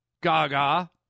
Gaga